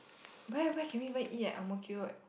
where where can we eat in Ang Mo Kio